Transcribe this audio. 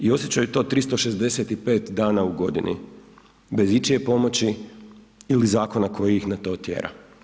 I osjećaju to 365 dana u godini, bez ičije pomoći ili zakona koji ih na to tjera.